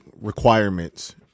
requirements